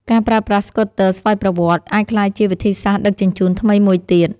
ការប្រើប្រាស់ស្កូទ័រស្វ័យប្រវត្តិ អាចក្លាយជាវិធីសាស្ត្រដឹកជញ្ជូនថ្មីមួយទៀត។